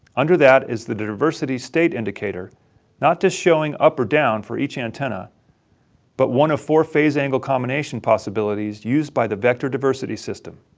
under that is the diversity state indicator not just showing up or down for each antenna but one of four phase angle combination possibilities used by the vector diversity system.